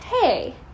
hey